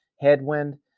headwind